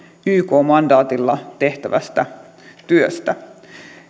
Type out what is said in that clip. ykn mandaatilla tehtävästä työstä